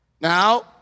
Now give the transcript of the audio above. Now